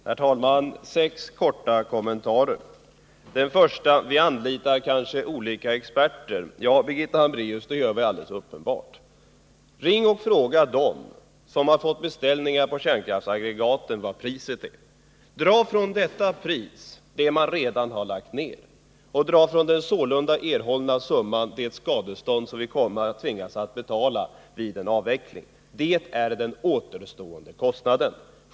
Herr talman! Sex korta kommentarer. 1. Vi anlitar olika experter, sade Birgitta Hambraeus. Ja, det gör vi uppenbarligen. Ring och fråga dem som har fått beställningar på kärnkraftsaggregaten vad priset är. Dra från detta pris det man redan har lagt ned, och dra från det sålunda erhållna beloppet det skadestånd som vi kommer att tvingas att betala vid en avveckling. Det är den återstående kostnaden.